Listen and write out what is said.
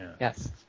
yes